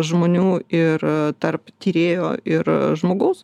žmonių ir tarp tyrėjo ir žmogaus